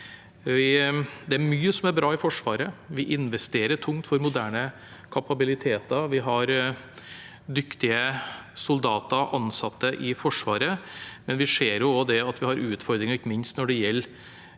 Det er mye som er bra i Forsvaret. Vi investerer tungt for moderne kapabiliteter. Vi har dyktige soldater og ansatte i Forsvaret, men vi ser også at vi har utfordringer ikke minst når det gjelder